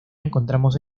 encontramos